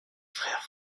frères